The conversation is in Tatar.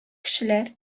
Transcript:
кешеләр